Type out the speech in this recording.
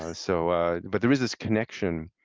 ah so but there is this connection